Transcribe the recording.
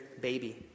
baby